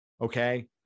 Okay